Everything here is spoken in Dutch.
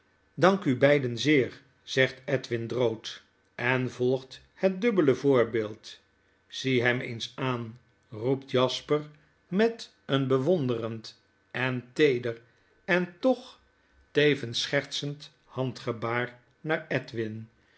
dank u beiden zeer zegt edwin drood en volgt het dubbele voorbeeld zie hem eens aan roept jasper met een bewonderend en teeder en toch tevens schertsend handgebaar naar edwin